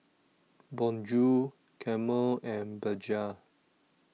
Bonjour Camel and Bajaj